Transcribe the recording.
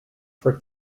for